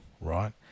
right